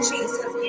Jesus